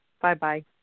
Bye-bye